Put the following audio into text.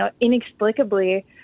inexplicably